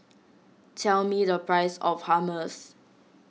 tell me the price of Hummus